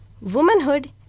womanhood